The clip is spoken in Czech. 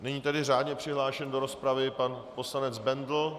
Nyní tedy řádně přihlášený do rozpravy pan poslanec Bendl.